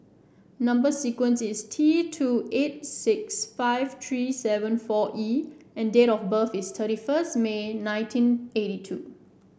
number sequence is T two eight six five three seven four E and date of birth is thirty first May nineteen eighty two